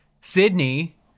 Sydney